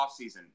offseason